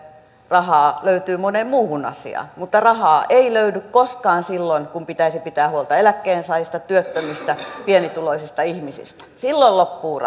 rahaa löytyy moneen muuhun asiaan mutta rahaa ei löydy koskaan silloin kun pitäisi pitää huolta eläkkeensaajista työttömistä pienituloisista ihmisistä silloin loppuvat